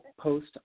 post